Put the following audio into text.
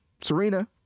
serena